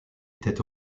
était